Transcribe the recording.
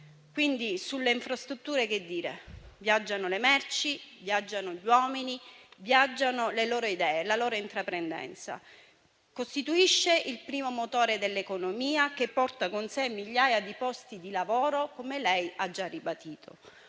bene. Sulle infrastrutture che dire? Viaggiano le merci, viaggiano gli uomini, viaggiano le loro idee e la loro intraprendenza. Ciò costituisce il primo motore dell'economia e porta con sé migliaia di posti di lavoro, come lei ha già ribadito.